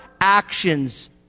actions